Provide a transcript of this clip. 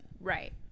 Right